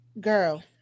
Girl